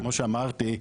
כמו שאמרתי,